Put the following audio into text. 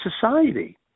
society